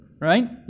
right